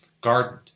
gardened